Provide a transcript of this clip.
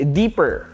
deeper